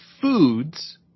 foods